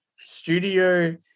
Studio